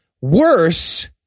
worse